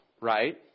right